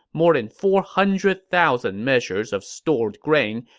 more than four hundred thousand measures of stored grain,